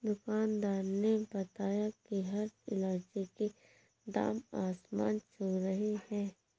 दुकानदार ने बताया कि हरी इलायची की दाम आसमान छू रही है